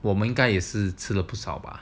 我们应该也是吃了不少吧